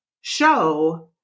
show